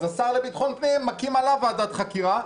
אז השר לביטחון פנים מקים עליו ועדת חקירה.